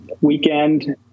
weekend